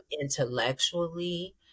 intellectually